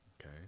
okay